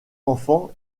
enfant